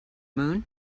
moon